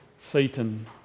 Satan